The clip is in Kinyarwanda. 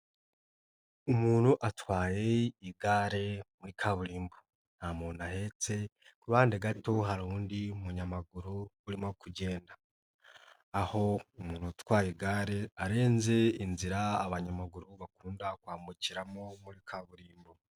Umuntu atwaye igare muri kaburimbo, nta muntu ahetse ku ruhande gato hari undi munyamaguru urimo kugenda, aho umuntu utwaye igare arenze inzira abanyamaguru bakunda kwambukiramo muri kaburimbo.